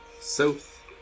South